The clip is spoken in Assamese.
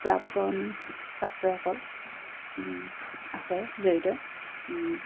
প্ৰাক্তন ছাত্ৰসকল আছে জড়িত